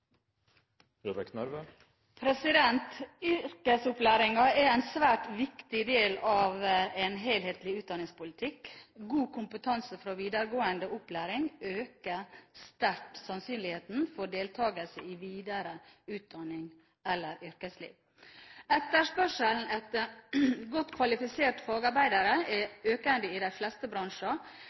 en svært viktig del av en helhetlig utdanningspolitikk. God kompetanse fra videregående opplæring øker sterkt sannsynligheten for deltakelse i videre utdanning eller yrkesliv. Etterspørselen etter godt kvalifiserte fagarbeidere er økende i de fleste bransjer.